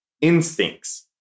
instincts